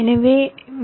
எனவே வி